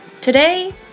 Today